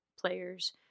players